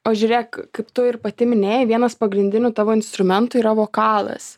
o žiūrėk kaip tu ir pati minėjai vienas pagrindinių tavo instrumentų yra vokalas